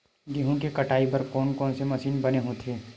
गेहूं के कटाई बर कोन कोन से मशीन बने होथे?